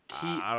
Key